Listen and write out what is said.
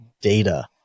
data